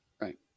Right